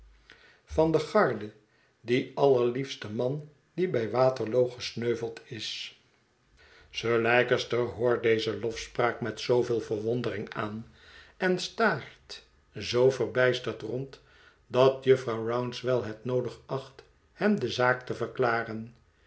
van de het verlaten huis garde die allerliefste man die bij waterloo gesneuveld is sir leicester hoort deze lofspraak met zooveel verwondering aan en staart zoo verbijsterd rond dat jufvrouw rouncewell hetnoodig acht hem de zaak te verklaren